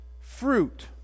fruit